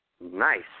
Nice